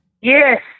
yes